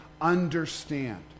understand